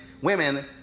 women